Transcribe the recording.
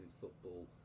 football